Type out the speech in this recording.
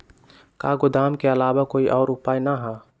का गोदाम के आलावा कोई और उपाय न ह?